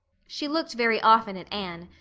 she looked very often at anne,